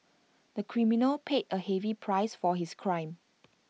the criminal paid A heavy price for his crime